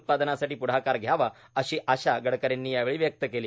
उत्पादनासाठी प्ढाकार घ्यावा अशी आशा गडकरींनी यावेळी व्यक्त केली